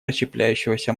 расщепляющегося